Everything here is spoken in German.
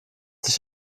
sich